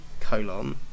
colon